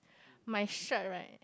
my shirt right